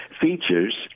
features